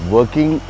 Working